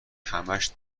همش